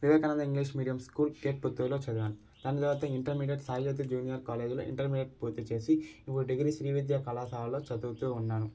Vivekananda English medium school కేట్ పుత్తూర్లో చదివాను తరువాత ఇంటర్మీడియేట్ సాయిలత జూనియర్ కాలేజీలో ఇంటెర్మీడియేట్ పూర్తి చేసి ఇప్పుడు డిగ్రీ శ్రీవిద్యా కళాశాలలో చదువుతూ ఉన్నాను